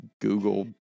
Google